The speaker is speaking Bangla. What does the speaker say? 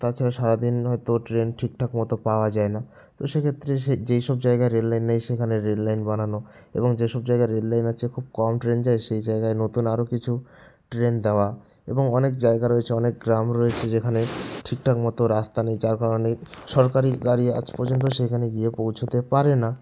তাছাড়া সারাদিন হয়তো ট্রেন ঠিকঠাক মতো পাওয়া যায় না তো সেক্ষেত্রে সেই যেই সব জায়গায় রেললাইন নেই সেখানে রেললাইন বানানো এবং যে সব জায়গার রেললাইন আছে খুব কম ট্রেন যায় সেই জায়গায় নতুন আরও কিছু ট্রেন দেওয়া এবং অনেক জায়গা রয়েছে অনেক গ্রাম রয়েছে যেখানে ঠিকঠাক মতো রাস্তা নেই যার কারণে সরকারি গাড়ি আজ পর্যন্ত সেখানে গিয়ে পৌঁছোতে পারে না